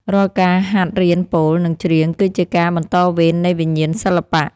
រាល់ការហាត់រៀនពោល និងច្រៀង គឺជាការបន្តវេននៃវិញ្ញាណសិល្បៈ។